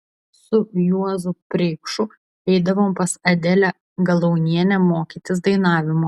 su juozu preikšu eidavom pas adelę galaunienę mokytis dainavimo